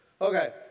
Okay